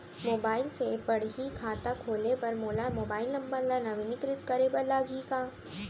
Mobile से पड़ही खाता खोले बर मोला मोबाइल नंबर ल नवीनीकृत करे बर लागही का?